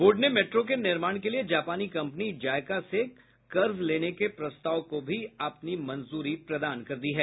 board ने metro के निर्माण के लिए जापानी कम्पनी जायका से कर्ज लेने के प्रस्ताव को भी अपनी मंजूरी प्रदान कर दी है